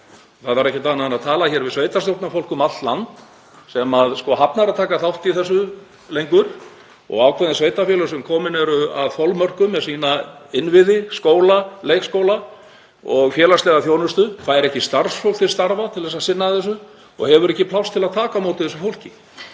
Það þarf ekki annað en að tala við sveitarstjórnarfólk um allt land sem hafnar að taka þátt í þessu lengur og ákveðin sveitarfélög sem komin eru að þolmörkum með sína innviði, skóla, leikskóla og félagslega þjónustu, fá ekki starfsfólk til starfa til að sinna þessu og hafa ekki pláss til að taka á móti þessu fólki.